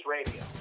Radio